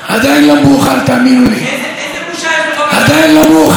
שהגשתי אתמול על שולחן המזכירות,